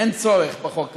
אין צורך בחוק הזה.